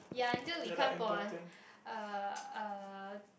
ya until we come for a a a